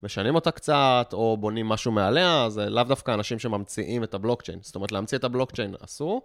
משנים אותה קצת, או בונים משהו מעליה, אז לאו דווקא אנשים שממציאים את הבלוקצ'יין. זאת אומרת, להמציא את הבלוקצ'יין עשו